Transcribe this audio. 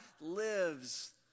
lives